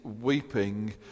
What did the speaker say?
weeping